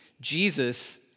Jesus